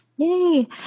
Yay